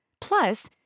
Plus